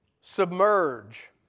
submerge